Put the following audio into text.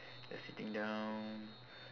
just sitting down